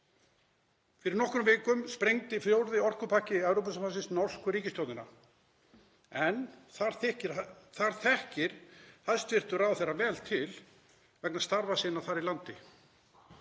Fyrir nokkrum vikum sprengdi fjórði orkupakki Evrópusambandsins norsku ríkisstjórnina, en þar þekkir hæstv. ráðherra vel til vegna starfa sinna þar í landi.